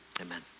Amen